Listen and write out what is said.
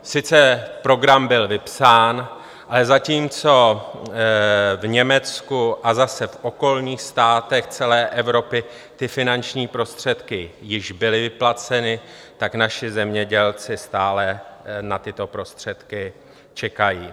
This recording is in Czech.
Sice program byl vypsán, ale zatímco v Německu a zase v okolních státech celé Evropy ty finanční prostředky již byly vyplaceny, tak naši zemědělci stále na tyto prostředky čekají.